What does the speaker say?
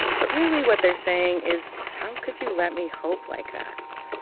but really what they're saying is, how could you let me hope like that?